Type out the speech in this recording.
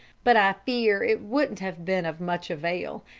but i fear it wouldn't have been of much avail,